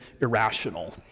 irrational